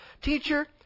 Teacher